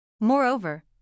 Moreover